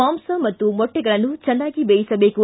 ಮಾಂಸ ಮತ್ತು ಮೊಟ್ಟೆಗಳನ್ನು ಚೆನ್ನಾಗಿ ಬೇಯಿಸಬೇಕು